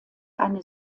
eine